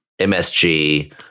MSG